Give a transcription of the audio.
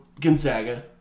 Gonzaga